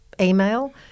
email